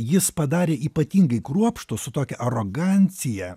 jis padarė ypatingai kruopštų su tokia arogancija